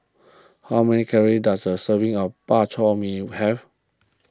how many calories does a serving of Bak Chor Mee have